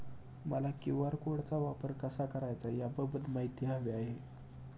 मला क्यू.आर कोडचा वापर कसा करायचा याबाबत माहिती हवी आहे